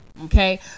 okay